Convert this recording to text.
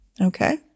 Okay